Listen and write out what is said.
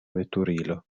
veturilo